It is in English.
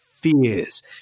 fears